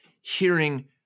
hearing